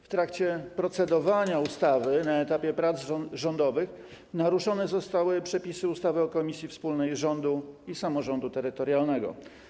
W trakcie procedowania nad ustawą na etapie prac rządowych naruszone zostały przepisy ustawy o Komisji Wspólnej Rządu i Samorządu Terytorialnego.